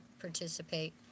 participate